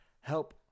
help